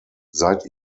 seit